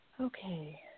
Okay